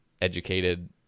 educated